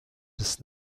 des